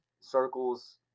circles